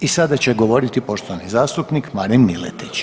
I sada će govoriti poštovani zastupnik Marin Miletić.